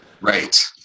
Right